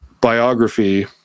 biography